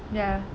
ya